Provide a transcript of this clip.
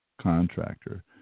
contractor